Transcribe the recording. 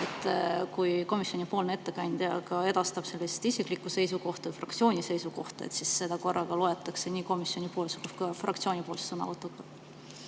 et kui komisjonipoolne ettekandja edastab sellist isiklikku seisukohta ja fraktsiooni seisukohta, et seda korraga loetakse nii komisjoni- kui ka fraktsioonipoolseks sõnavõtuks?